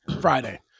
Friday